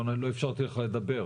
לא אפשרתי לך לדבר,